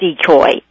decoy